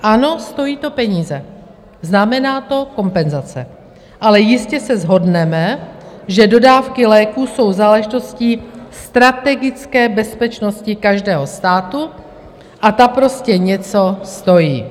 Ano, stojí to peníze, znamená to kompenzace, ale jistě se shodneme, že dodávky léků jsou záležitostí strategické bezpečnosti každého státu a ta prostě něco stojí.